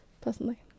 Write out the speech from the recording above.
personally